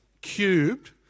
cubed